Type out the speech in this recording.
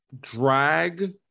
drag